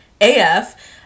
AF